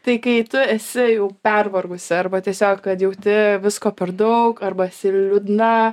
tai kai tu esi jau pervargusi arba tiesiog kad jauti visko per daug arba esi liūdna